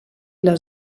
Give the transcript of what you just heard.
les